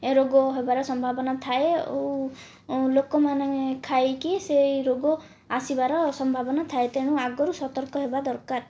ଏ ରୋଗ ହେବାର ସମ୍ଭାବନା ଥାଏ ଆଉ ଲୋକମାନେ ଖାଇକି ସେହି ରୋଗ ଆସିବାର ସମ୍ଭାବନା ଥାଏ ତେଣୁ ଆଗରୁ ସତର୍କ ହେବା ଦରକାର